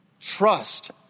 trust